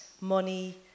money